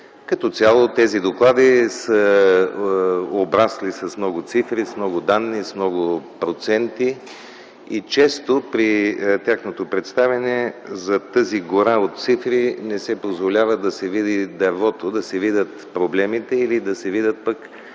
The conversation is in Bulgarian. като цяло тези доклади са обрасли с много цифри, с много данни, с много проценти и често при тяхното представяне зад тази гора от цифри не се позволява да се види дървото, да се видят проблемите или пък да се видят –